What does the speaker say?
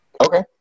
Okay